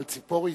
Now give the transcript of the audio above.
אבל ציפורי,